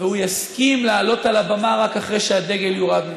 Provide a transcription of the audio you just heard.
והוא יסכים לעלות על הבמה רק אחרי שהדגל יורד ממנו.